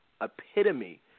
epitome